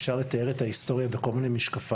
אפשר לתאר את ההיסטוריה בכל מיני משקפיים,